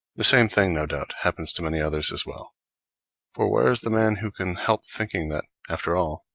the same thing, no doubt, happens to many others as well for where is the man who can help thinking that, after all,